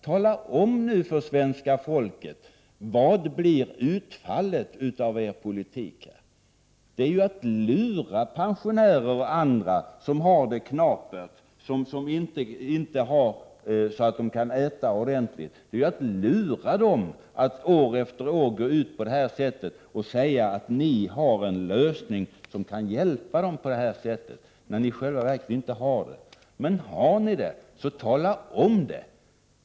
Tala om för svenska folket vad utfallet blir av er politik. Det är ju att lura pensionärer och andra, som har det knapert och kanske inte har så pass att de kan äta ordentligt, när ni år efter år går ut på detta sätt och säger att ni har en lösning som kan hjälpa dem, när ni i själva verket inte har det. Men har ni lösningen, så tala om det!